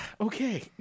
Okay